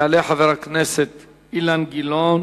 יעלה חבר הכנסת אילן גילאון,